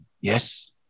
yes